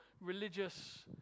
religious